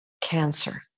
cancer